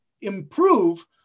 improve